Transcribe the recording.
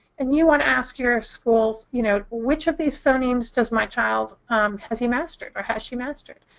and you want to ask your schools, you know, which of these phonemes does my child has he mastered? or has she mastered.